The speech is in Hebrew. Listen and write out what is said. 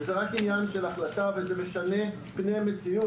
וזה רק עניין של החלטה וזה משנה פני מציאות,